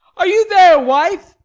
are you there, wife?